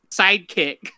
sidekick